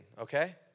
okay